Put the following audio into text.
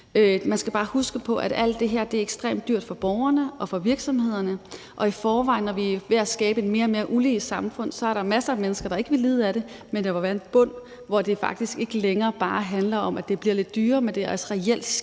Man skal bare huske på, at alt det her er ekstremt dyrt for borgerne og for virksomhederne, og i forvejen er der, når vi er ved at skabe et mere og mere ulige samfund, masser af mennesker, der ikke vil lide ved det, men der vil være en bund, hvor det faktisk ikke længere bare handler om, at det bliver lidt dyrere, men at det reelt skærer helt